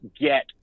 get